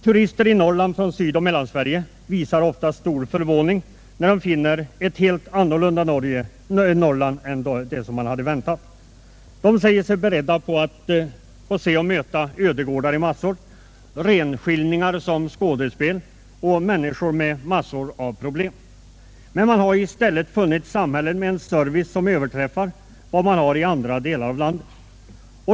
Turister i Norrland från Sydoch Mellansverige visar oftast stor förvåning när de finner ett annorlunda Norrland än det de väntat möta. De säger sig ha varit beredda att få se ödegårdar i massor, renskiljningar som skådespel och människor med en mängd problem. Men de har i stället funnit samhällen med en service som överträffar den som finns i andra delar av landet.